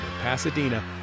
Pasadena